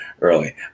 early